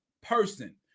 person